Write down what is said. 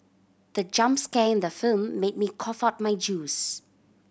the jump scare in the film made me cough out my juice